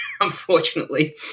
unfortunately